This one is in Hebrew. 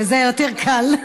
זה יותר קל.